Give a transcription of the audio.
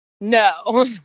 No